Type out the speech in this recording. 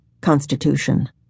constitution